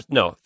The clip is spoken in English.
no